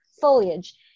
foliage